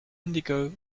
indigo